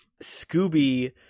Scooby